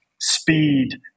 speed